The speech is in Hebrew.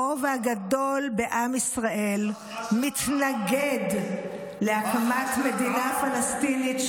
הרוב הגדול בעם ישראל מתנגד להקמת מדינה פלסטינית,